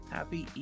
happy